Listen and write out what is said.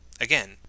Again